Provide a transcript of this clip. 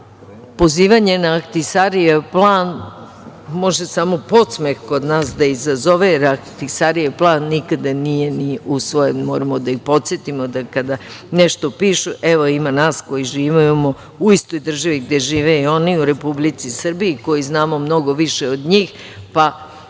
Pozivanje na Ahtisarijev plan može samo podsmeh kod nas da izazove, jer Ahtisarijev plan nikada nije ni usvojen. Moramo da ih podsetimo, da kada nešto pišu, evo ima nas koji živimo u istoj državi gde žive i oni u Republici Srbiji, koji znamo mnogo više od njih, pa možemo i